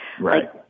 Right